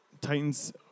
Titans